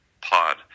pod